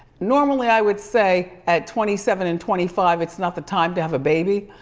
normally i would say at twenty seven and twenty five, it's not the time to have a baby.